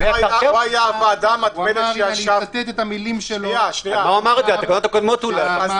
הוא היה הוועדה המתמדת- -- אמר שהמעבר